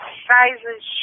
sizes